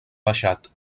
baixat